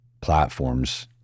platforms